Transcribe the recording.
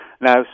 Now